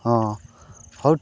ᱦᱮᱸ ᱦᱳᱴ